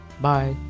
Bye